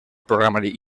programari